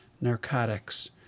narcotics